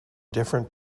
different